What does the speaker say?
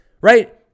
right